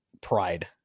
pride